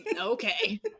Okay